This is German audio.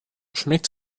schmeckt